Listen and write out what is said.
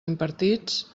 impartits